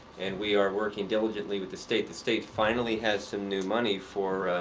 and we are working diligently with the state. the state finally has some new money for